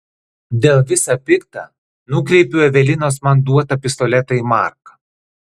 dėl visa pikta nukreipiu evelinos man duotą pistoletą į marką